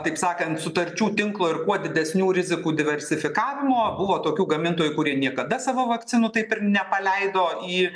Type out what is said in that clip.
taip sakant sutarčių tinklo ir kuo didesnių rizikų diversifikavimo buvo tokių gamintojų kurie niekada savo vakcinų taip ir nepaleido į